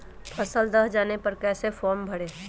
फसल दह जाने पर कैसे फॉर्म भरे?